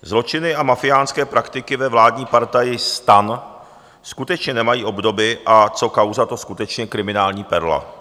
Zločiny, mafiánské praktiky, ve vládní partaji STAN skutečně nemají obdoby a co kauza, to skutečně kriminální perla.